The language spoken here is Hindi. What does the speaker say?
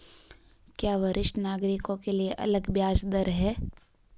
क्या वरिष्ठ नागरिकों के लिए अलग ब्याज दर है?